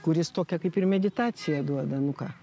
kuris tokią kaip ir meditaciją duoda nu ką